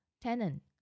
tenant